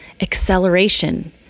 acceleration